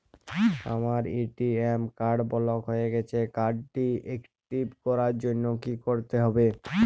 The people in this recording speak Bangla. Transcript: আমার এ.টি.এম কার্ড ব্লক হয়ে গেছে কার্ড টি একটিভ করার জন্যে কি করতে হবে?